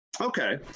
Okay